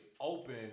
open